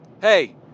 hey